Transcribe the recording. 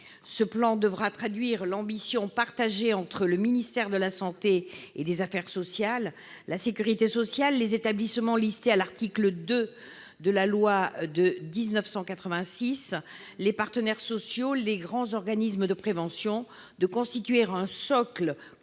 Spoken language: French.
Ce plan devra traduire l'ambition partagée par le ministère des solidarités et de la santé, la sécurité sociale, les établissements listés à l'article 2 de la loi de 1986, les partenaires sociaux et les grands organismes de prévention de constituer un socle